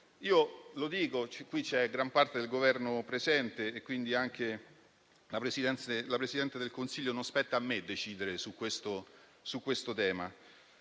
questo tipo? Qui c'è gran parte del Governo presente e anche la Presidente del Consiglio. Non spetta a me decidere su questo tema,